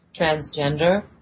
transgender